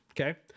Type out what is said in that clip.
Okay